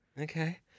Okay